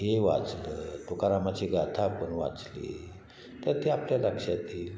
हे वाचलं तुकारामाची गाथा आपण वाचली तर ते आपल्या लक्षात येईल